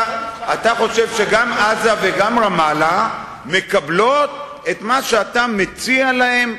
אתה חושב שגם עזה וגם רמאללה מקבלות את מה שאתה מציע להן,